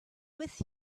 with